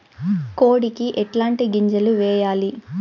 కోడికి ఎట్లాంటి గింజలు వేయాలి?